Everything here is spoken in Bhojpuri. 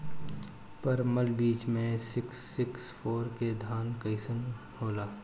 परमल बीज मे सिक्स सिक्स फोर के धान कईसन होला?